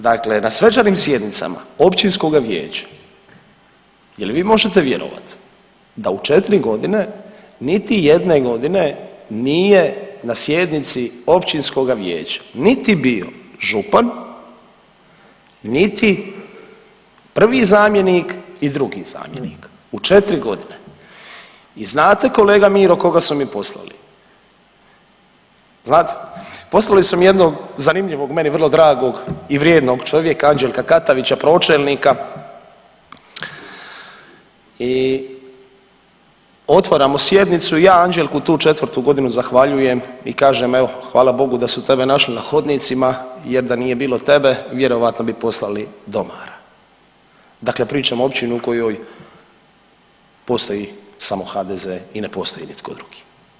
Dakle, na svečanim sjednicama općinskoga vijeća je li vi možete vjerovati da u 4 godine niti jedne godine nije na sjednici općinskoga vijeća niti bio župan, niti prvi zamjenik i drugi zamjenik u 4.g. i znate kolega Miro koga su mi poslali, znate, poslali su mi jednog zanimljivog, meni vrlo dragog i vrijednog čovjeka Anđelka Katavića pročelnika i otvaramo sjednicu i ja Anđelku tu četvrtu godinu zahvaljujem i kažem evo hvala Bogu da su tebe našli na hodnicima jer da nije bilo tebe vjerojatno bi poslali domara, dakle pričam o općini u kojoj postoji samo HDZ i ne postoji nitko drugi.